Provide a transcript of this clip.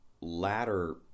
latter